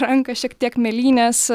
ranką šiek tiek mėlynės